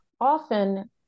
often